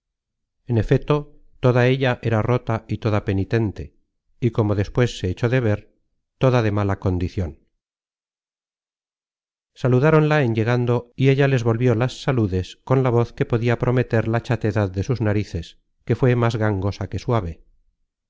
en efeto toda ella era rota y toda penitente y como despues se echó de ver toda de mala condicion saludáronla en llegando y ella les volvió las saludes con la voz que podia prometer la chatedad de sus narices que fué más gangosa que suave